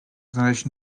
znaleźć